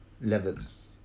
levels